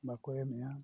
ᱵᱟᱠᱚ ᱮᱢᱮᱫᱼᱟ